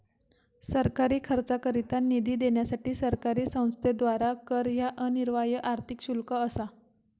सरकारी खर्चाकरता निधी देण्यासाठी सरकारी संस्थेद्वारा कर ह्या अनिवार्य आर्थिक शुल्क असा